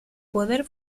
poder